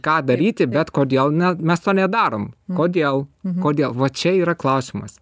ką daryti bet kodėl ne mes to nedarom kodėl kodėl va čia yra klausimas